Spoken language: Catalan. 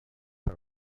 per